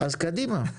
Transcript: אז קדימה.